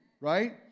right